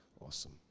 Awesome